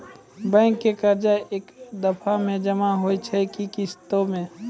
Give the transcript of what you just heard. Bank के कर्जा ऐकै दफ़ा मे जमा होय छै कि किस्तो मे?